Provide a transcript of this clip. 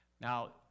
Now